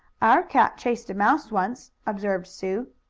our cat chased a mouse once, observed sue.